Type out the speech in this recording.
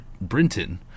Brinton